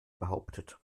behauptet